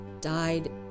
died